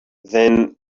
then